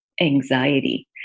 anxiety